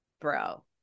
bro